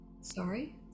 Sorry